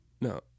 No